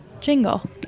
jingle